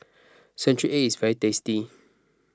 Century Egg is very tasty